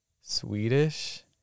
swedish